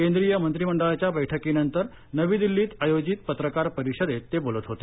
केंद्रीय मंत्री मंडळाच्या बैठकीनंतर नवी दिल्लीत आयोजित पत्रकार परिषदेत ते बोलत होते